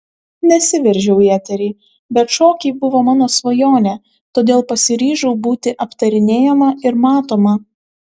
nesiveržiau į eterį bet šokiai buvo mano svajonė todėl pasiryžau būti aptarinėjama ir matoma